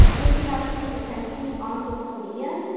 ah cause we have people's attention on social media,